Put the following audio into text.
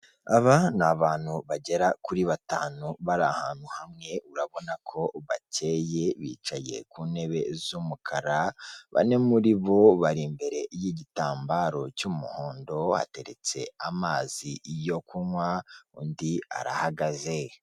Aba ni abantu bagera kuri batanu bari ahantu hamwe urabona ko bakeye bicaye ku ntebe z'umukara, bane muri bo bari imbere y'igitambaro cy'umuhondo hateretse amazi yo kunywa undi arahagaze.